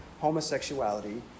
homosexuality